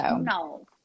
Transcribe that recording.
No